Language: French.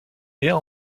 rien